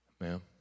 ma'am